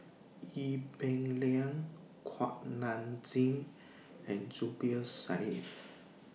Ee Peng Liang Kuak Nam Jin and Zubir Said